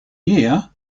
year